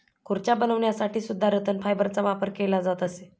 खुर्च्या बनवण्यासाठी सुद्धा रतन फायबरचा वापर केला जात असे